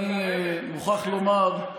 אני מוכרח לומר, אה,